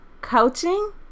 coaching